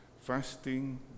fasting